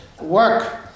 work